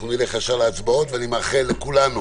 אנחנו נלך מייד להצבעות ואנחנו מאחל לכולנו